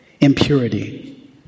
impurity